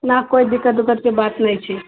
ना कोइ दिक्कत उक्कतके बात नहि छै